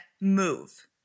move